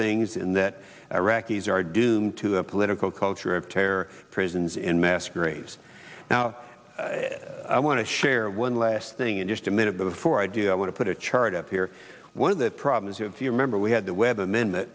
things in that iraqis are doomed to a political culture of terror prisons in mass graves now i want to share one last thing in just a minute before i do i want to put a chart up here one of the problems if you remember we had the webb amendment